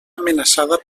amenaçada